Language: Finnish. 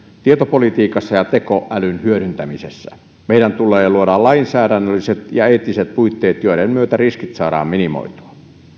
tietopolitiikassa ja tekoälyn hyödyntämisessä meidän tulee luoda lainsäädännölliset ja eettiset puitteet joiden myötä riskit saadaan minimoitua